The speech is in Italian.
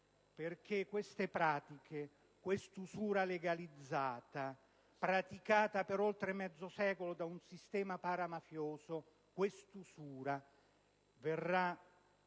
perché queste pratiche, questa usura legalizzata, praticata per oltre mezzo secolo da un sistema paramafioso, verranno